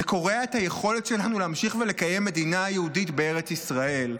זה קורע את היכולת שלנו להמשיך ולקיים מדינה יהודית בארץ ישראל.